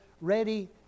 ready